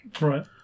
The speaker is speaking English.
Right